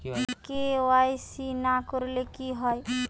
KYC না করলে কি হয়?